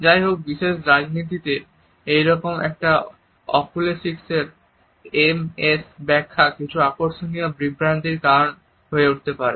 যাই হোক বিশ্ব রাজনীতিতে এটি একই রকম এবং অকুলেসিক্স এর এমএস ব্যাখ্যা কিছু আকর্ষণীয় বিভ্রান্তির কারণ হয়ে উঠতে পারে